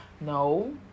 no